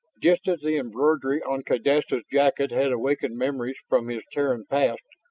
just as the embroidery on kaydessa's jacket had awakened memories from his terran past,